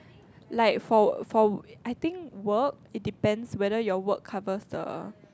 like for for I think work it depends whether your work covers the